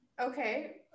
Okay